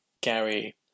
Gary